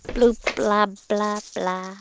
bloop, blah, blah, blah ooh,